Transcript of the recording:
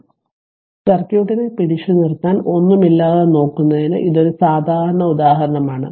അതിനാൽ സർക്യൂട്ടിനെ പിടിച്ചുനിർത്താൻ ഒന്നുമില്ലാതെ നോക്കുന്നതിന് ഇത് ഒരു സാധാരണ ഉദാഹരണമാണ്